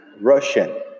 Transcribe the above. Russian